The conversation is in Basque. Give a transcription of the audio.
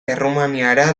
errumaniara